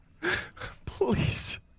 Please